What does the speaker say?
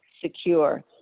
secure